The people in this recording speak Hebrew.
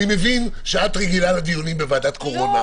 אני מבין שאת רגילה לדיונים בוועדת הקורונה,